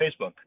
Facebook